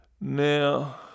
Now